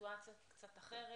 בסיטואציה קצת אחרת,